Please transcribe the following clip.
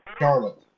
Charlotte